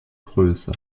größe